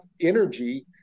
energy